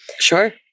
Sure